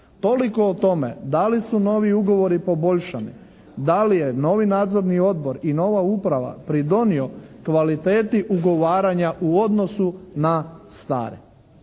Toliko o tome da li su novi ugovori poboljšani. Da li je novi Nadzorni odbor i uprava pridonio kvaliteti ugovaranja u odnosu na stare?